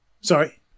Sorry